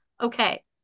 Okay